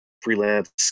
freelance